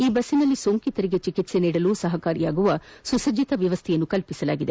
ಈ ಬಸ್ನಲ್ಲಿ ಸೋಂಕಿತರಿಗೆ ಚಿಕಿತ್ಸೆ ನೀಡಲು ಸಹಕಾರಿಯಾಗುವ ಸುಸಜ್ಜಿತ ವ್ಯವಸ್ಥೆ ಕಲ್ಪಿಸಲಾಗಿದೆ